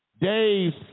days